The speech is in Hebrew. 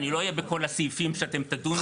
כי אני לא אהיה בכל הסעיפים שאתם תדונו בהם.